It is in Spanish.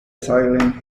silent